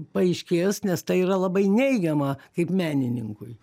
paaiškės nes tai yra labai neigiama kaip menininkui